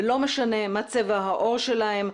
ולא משנה מה צבע העור שלהם,